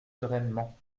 sereinement